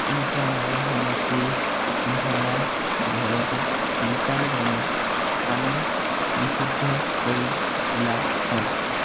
এনেকুৱা নানা সামগ্ৰী মিহলাই ঘৰতে ফিল্টাৰ বনাই পানী বিশুদ্ধ কৰি তোলা হয়